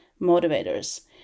motivators